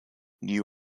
new